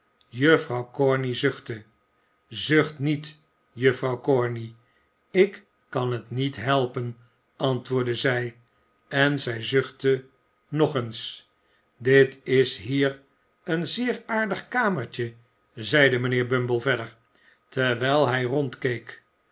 juffrouw corney zuchtte zucht niet juffrouw corney ik kan het niet helpen antwoordde zij en zij zuchtte nog eens dit is hier een zeer aardig kamertje zeide mijnheer bumble verder terwijl hij